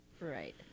Right